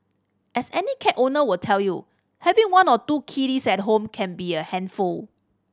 as any cat owner will tell you having one or two kitties at home can be a handful